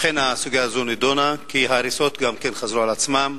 אכן הסוגיה הזאת נדונה כי ההריסות גם כן חזרו על עצמן.